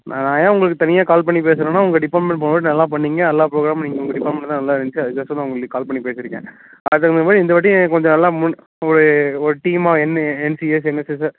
நான் ஏன் உங்களுக்கு தனியாக கால் பண்ணி பேசுறேன்னா உங்கள் டிபார்ட்மெண்ட் போன வாட்டி நல்லா பண்ணிங்க எல்லா ப்ரோக்ராமும் உங்கள் டிபார்ட்மெண்ட்ல தான் நல்லா இருந்துச்சி அதற்கொசரந்தான் உங்களுக்கு கால் பண்ணி பேசிருக்கேன் அதற்கு தகுந்தமாதிரி இந்த வாட்டியும் கொஞ்சம் நல்லா முட் ஒரு ஒரு டீமாக என்என்சிஎஸ் என்எஸ்எஸ்